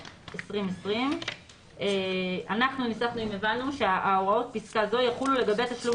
2020. אנחנו ניסחנו שהוראות פסקה זו יחולו לגבי תשלום